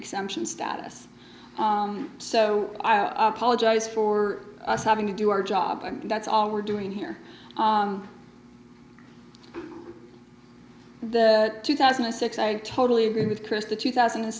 exemption status so i apologize for us having to do our job and that's all we're doing here the two thousand and six i totally agree with chris the two thousand and